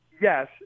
Yes